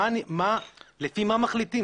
לפי מה מחליטים?